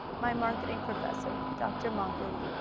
my marketing professor dr. moncrief.